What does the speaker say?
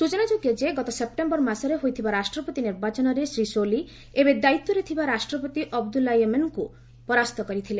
ସ୍ୱଚନାଯୋଗ୍ୟ ଯେ ଗତ ସେପ୍ଟେମ୍ବର ମାସରେ ହୋଇଥିବା ରାଷ୍ଟ୍ରପତି ନିର୍ବାଚନରେ ଶ୍ରୀ ସୋଲି ଏବେ ଦାୟିତ୍ୱରେ ଥିବା ରାଷ୍ଟ୍ରପତି ଅବଦୁଲ୍ଲୁ ୟମିନ୍ଙ୍କୁ ପରାସ୍ତ କରିଥିଲେ